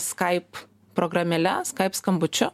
skype programėle skype skambučiu